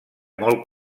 molt